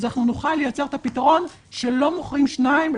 אז אנחנו נוכל לייצר את הפתרון שלא מוכרים שניים,